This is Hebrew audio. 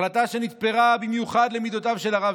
החלטה שנתפרה במיוחד למידותיו של הרב